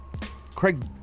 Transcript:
Craig